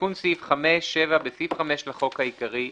"תיקון סעיף 5 7. בסעיף 5 לחוק העיקרי,